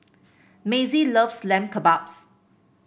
Mazie loves Lamb Kebabs